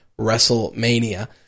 WrestleMania